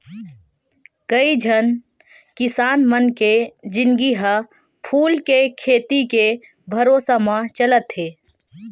कइझन किसान मन के जिनगी ह फूल के खेती के भरोसा म चलत हे